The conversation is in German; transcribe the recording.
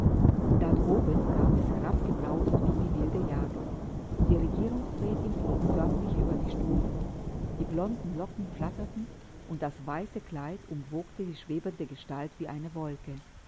da droben kam es herabgebraust wie die wilde jagd die regierungsrätin flog förmlich über die stufen die blonden locken flatterten und das weiße kleid umwogte die schwebende gestalt wie eine wolke